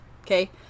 Okay